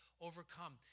overcome